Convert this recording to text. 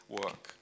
work